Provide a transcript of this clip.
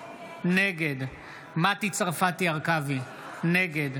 נגד מטי צרפתי הרכבי, נגד